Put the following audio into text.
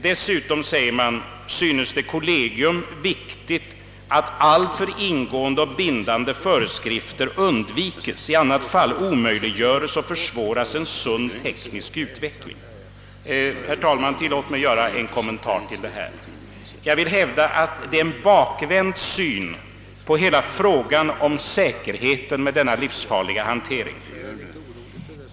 »Dessutom», säger man, »synes det kollegium viktigt att alltför ingående och bindande föreskrifter undvikes. I annat fall omöjliggöres och försvåras en sund teknisk utveckling.» Herr talman! Tillåt mig göra en kommentar till detta! Jag vill hävda att det är en bakvänd syn på hela frågan om säkerheten inom denna livsfarliga hantering.